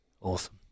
Awesome